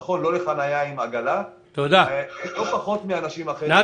נכון, לא לחנייה עם עגלה, לא פחות מאנשים אחרים.